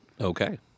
Okay